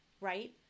Right